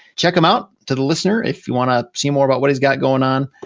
check him out, to the listener, if you wanna see more about what he's got going on.